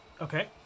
okay